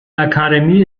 akademie